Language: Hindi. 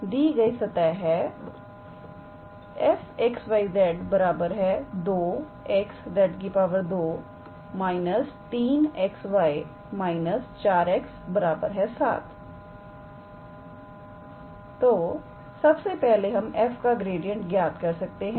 तो यह दी गई सतह है 𝑓𝑥 𝑦 𝑧 2𝑥𝑧 2 − 3𝑥𝑦 − 4𝑥 7 तो सबसे पहले हम f का ग्रेडिएंट ज्ञात कर सकते हैं